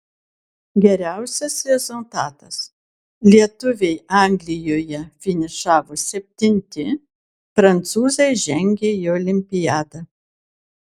geriausias rezultatas lietuviai anglijoje finišavo septinti prancūzai žengė į olimpiadą